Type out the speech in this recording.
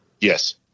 Yes